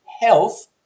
Health